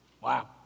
Wow